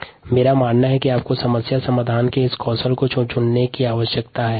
हालांकि मेरा मानना है कि आपको समस्या के समाधान के इन कौशल को सीखने की आवश्यकता है